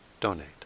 donate